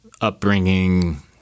upbringing